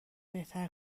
بهتر